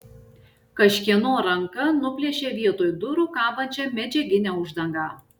kažkieno ranka nuplėšė vietoj durų kabančią medžiaginę uždangą